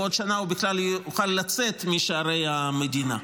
בעוד שנה הוא בכלל יוכל לצאת משערי המדינה?